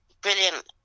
brilliant